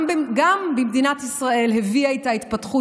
גם במדינת ישראל הביאה איתה התפתחות